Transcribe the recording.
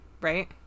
Right